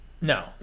No